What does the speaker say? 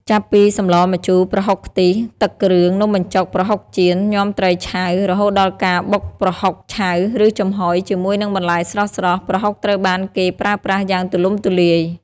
ចាប់ពីសម្លម្ជូរ ប្រហុកខ្ទិះ ទឹកគ្រឿង នំបញ្ចុក ប្រហុកចៀន ញាំត្រីឆៅ រហូតដល់ការបុកប្រហុកឆៅ ឬចំហុយ ជាមួយនឹងបន្លែស្រស់ៗ ប្រហុកត្រូវបានគេប្រើប្រាស់យ៉ាងទូលំទូលាយ។